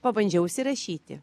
pabandžiau užsirašyti